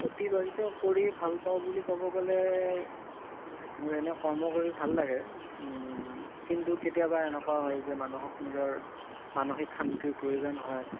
অতিবাহিত কৰি ভাল পাওঁ বুলি ক'ব গ'লে মোৰ এনেই কৰ্ম কৰি ভাল লাগে কিন্তু কেতিয়াবা এনেকুৱাও হয় যে মানুহক নিজৰ মানসিক শান্তিৰ প্ৰয়োজন হয়